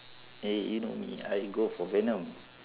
eh you know me I'll go for venom